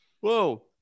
Whoa